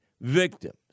victims